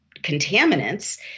contaminants